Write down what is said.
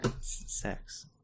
Sex